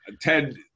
Ted